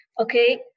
okay